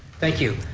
thank you,